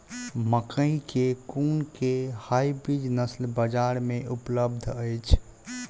मकई केँ कुन केँ हाइब्रिड नस्ल बजार मे उपलब्ध अछि?